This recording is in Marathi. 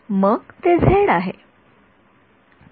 विद्यार्थी कुठे